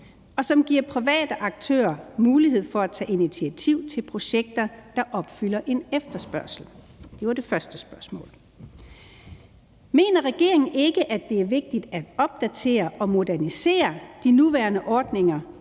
og som giver private aktører mulighed for at tage initiativ til projekter, der opfylder en efterspørgsel? Det var det første spørgsmål. Mener regeringen ikke, at det er vigtigt at opdatere og modernisere de nuværende ordninger